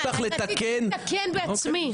הייתה על היערכות מערכת החינוך לשנת הלימודים הבאה,